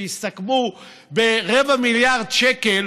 שהסתכמו ברבע מיליארד שקל,